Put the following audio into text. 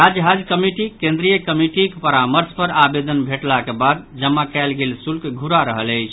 राज्य हज कमिटी केन्द्रीय कमिटीक परामर्श पर आवेदन भेटलाक बाद जमा कयल गेल शुल्क घुरा रहल अछि